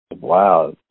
Wow